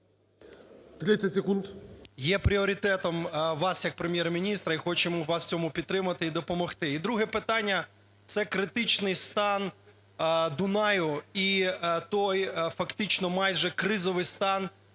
…є пріоритетом вас як Прем'єр-міністра. І хочемо вас у цьому підтримати і допомогти. І друге питання. Це критичний стан Дунаю і той фактично майже кризовий стан